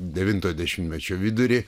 devintojo dešimtmečio vidurį